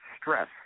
stress